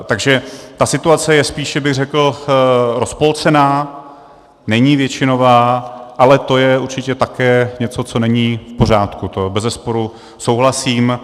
Takže ta situace je spíše řekl bych rozpolcená, není většinová, ale to je určitě také něco, co není v pořádku, to bezesporu souhlasím.